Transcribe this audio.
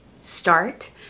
start